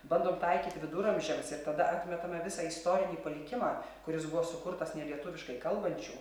bandom taikyti viduramžiams ir tada atmetame visą istorinį palikimą kuris buvo sukurtos nelietuviškai kalbančių